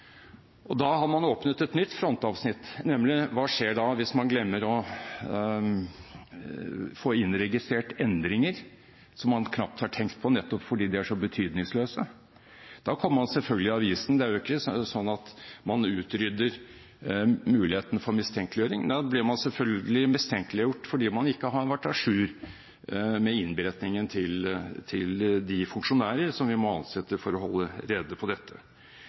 Og da har man åpnet et nytt frontavsnitt, nemlig: Hva skjer hvis man glemmer å få innregistrert endringer som man knapt har tenkt på, nettopp fordi de er så betydningsløse? Da kommer man selvfølgelig i avisen. Det er jo ikke slik at man utrydder muligheten for mistenkeliggjøring. Nei, da blir man selvfølgelig mistenkeliggjort fordi man ikke har vært à jour med innberetningen til de funksjonærene som vi må ansette for å holde rede på dette.